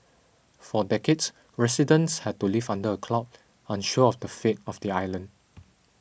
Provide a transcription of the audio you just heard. for decades residents had to live under a cloud unsure of the fate of the island